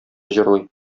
җырлый